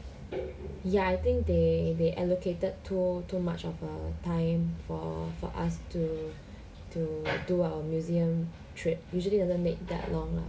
ya I think they they allocated too too much of a time for for us to to do a museum trip usually doesn't make that long lah